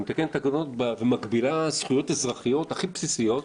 היא מתקנת תקנות ומגבילה זכויות אזרחיות הכי בסיסיות,